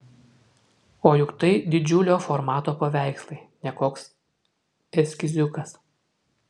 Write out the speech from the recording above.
o juk tai didžiulio formato paveikslai ne koks eskiziukas